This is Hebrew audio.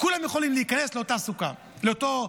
כולם יכולים להיכנס לאותו ליל הסדר.